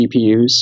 GPUs